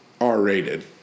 R-rated